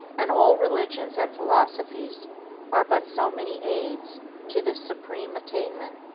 and all religions and philosophies are but so many aids to this supreme attainment.